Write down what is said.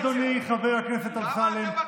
אדוני חבר הכנסת אמסלם,